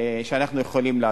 שאנחנו יכולים לעשות.